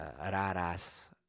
raras